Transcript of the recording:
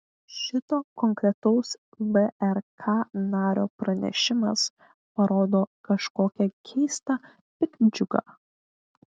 šito konkretaus vrk nario pranešimas parodo kažkokią keistą piktdžiugą